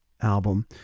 album